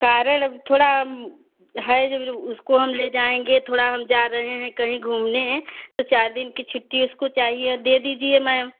कारण अब थोड़ा है जो उसको हम ले जाएंगे थोड़ा हम जा रहे हैं कहीं घूमने तो चार दिन की छुट्टी उसको चाहिए दे दीजिए मैम